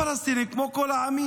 הפלסטינים, כמו כל עם,